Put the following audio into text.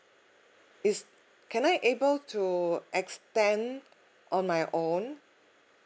is can I able to extend on my own